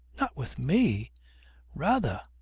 not with me rather!